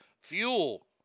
fuel